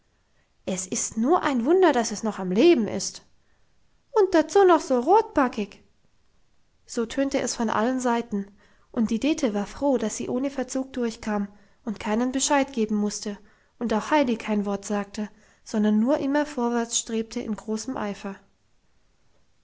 es ist nur ein wunder dass es noch am leben ist und dazu noch so rotbackig so tönte es von allen seiten und die dete war froh dass sie ohne verzug durchkam und keinen bescheid geben musste und auch heidi kein wort sagte sondern nur immer vorwärts strebte in großem eifer